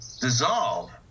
dissolve